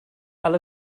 alle